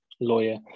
lawyer